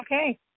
Okay